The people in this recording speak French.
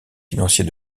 financier